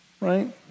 Right